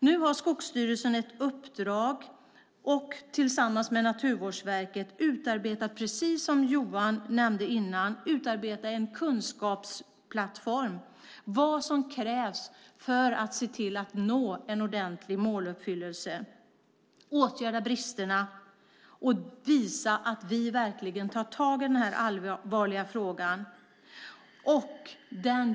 Nu har Skogsstyrelsen fått ett uppdrag att tillsammans med Naturvårdsverket utarbeta, precis som Johan nämnde här innan, en kunskapsplattform för vad som krävs för att nå en ordentlig måluppfyllelse och åtgärda bristerna. Det visar att vi verkligen tar tag i den här allvarliga frågan.